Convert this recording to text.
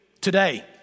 today